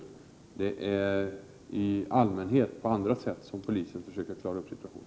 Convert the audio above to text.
Polisen försöker i allmänhet klara av situationen på annat sätt.